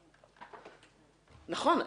נכון.